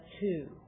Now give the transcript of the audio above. two